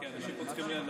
בפעם הבאה שאני מדבר.